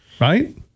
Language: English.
right